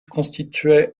constituaient